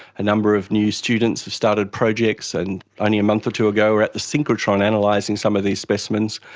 a number of new students have started projects, and only a month or two ago we were at the synchrotron and analysing some of these specimens.